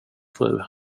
fru